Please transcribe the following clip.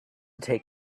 take